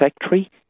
factory